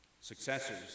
successors